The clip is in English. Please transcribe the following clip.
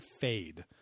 fade